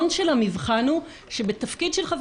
אותו מבחן חל כי אותו רציונאל חל.